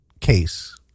case